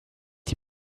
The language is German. die